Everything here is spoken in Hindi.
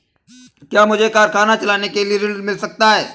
क्या मुझे कारखाना चलाने के लिए ऋण मिल सकता है?